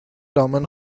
دامن